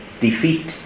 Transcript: defeat